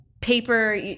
paper